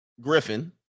Griffin